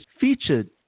featured